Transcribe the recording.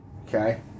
Okay